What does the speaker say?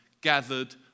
gathered